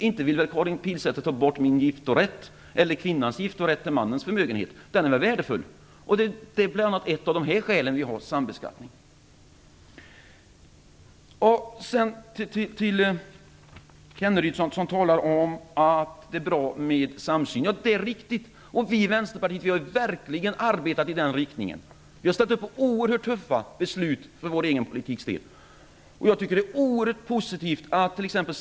Inte vill väl Karin Pilsäter ta bort min giftorätt eller kvinnans giftorätt till mannens förmögenhet. Den är väl värdefull. Det är bl.a. ett av skälen till att vi har sambeskattning. Rolf Kenneryd talar om att det är bra med samsyn. Det är riktigt. Vi i Vänsterpartiet har verkligen arbetat i den riktningen. Vi har ställt upp på oerhört tuffa beslut för vår egen politiks del. Jag tycker att det är oerhört positivt att t.ex.